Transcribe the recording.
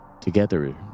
Together